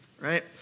right